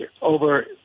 over